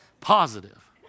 Positive